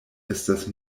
estas